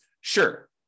Sure